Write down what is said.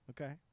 Okay